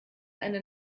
eine